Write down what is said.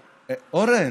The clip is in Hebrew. אורן,